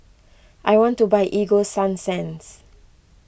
I want to buy Ego Sunsense